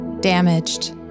damaged